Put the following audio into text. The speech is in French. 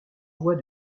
voie